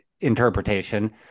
interpretation